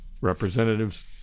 representatives